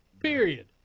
period